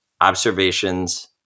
observations